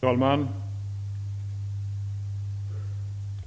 Fru talman!